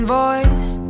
voice